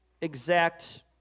exact